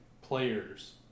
players